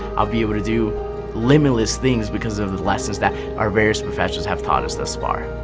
i'll be able to do limitless things because of the lessons that our various professors have taught us thus far.